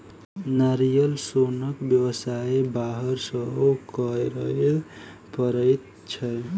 नारियल सोनक व्यवसाय बाहर सॅ करय पड़ैत छै